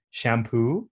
shampoo